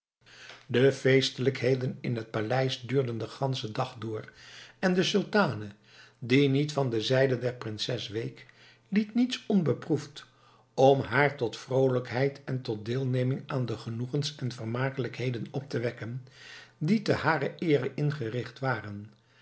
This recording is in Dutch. de feestelijkheden in het paleis duurden den ganschen dag door en de sultane die niet van de zijde der prinses week liet niets onbeproefd om haar tot vroolijkheid en tot deelneming aan de genoegens en vermakelijkheden op te wekken die te harer eere ingericht waren